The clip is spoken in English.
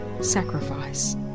sacrifice